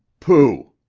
pooh!